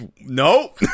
No